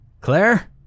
Claire